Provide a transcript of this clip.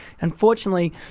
Unfortunately